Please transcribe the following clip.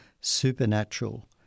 supernatural